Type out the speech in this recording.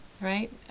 Right